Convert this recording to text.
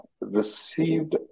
received